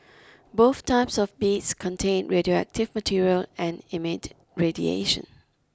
both types of beads contain radioactive material and emit radiation